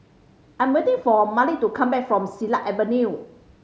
I'm waiting for Malik to come back from Silat Avenue